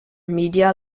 media